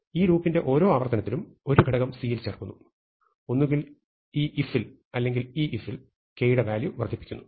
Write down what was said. ഈ ലൂപ്പിന്റെ ഓരോ ആവർത്തനത്തിലും ഒരു ഘടകം C യിൽ ചേർക്കുന്നു ഒന്നുകിൽ ഈ if ൽ അല്ലെങ്കിൽ ഈ if ൽ k യുടെ വാല്യൂ വർദ്ധിപ്പിക്കുന്നു